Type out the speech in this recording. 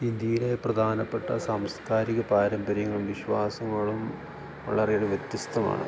ഇന്ത്യയിലെ പ്രധാനപ്പെട്ട സാംസ്കാരിക പാരമ്പര്യങ്ങളും വിശ്വാസങ്ങളും വളരെയേറെ വ്യത്യസ്ഥമാണ്